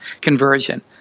conversion